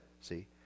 See